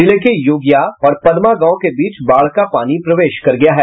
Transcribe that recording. जिले के योगिया और पदमा गांव के बीच बाढ़ का पानी प्रवेश कर गया है